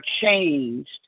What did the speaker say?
changed